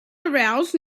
arouse